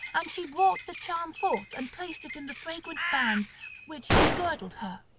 and she brought the charm forth and placed it in the fragrant band which engirdled her,